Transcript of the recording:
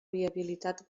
viabilitat